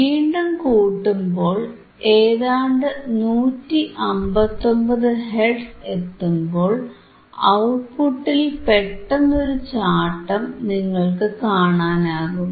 വീണ്ടും കൂട്ടുമ്പോൾ ഏതാണ്ട് 159 ഹെർട്സ് എത്തുമ്പോൾ ഔട്ട്പുട്ടിൽ പെട്ടെന്നൊരു ചാട്ടം നിങ്ങൾക്കു കാണാനാകും